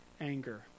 anger